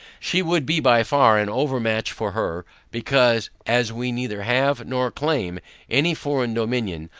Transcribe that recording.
she would be by far an over match for her because, as we neither have, nor claim any foreign dominion,